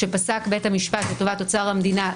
שפסק בית המשפט לטובת אוצר המדינה,